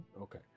Okay